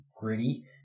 gritty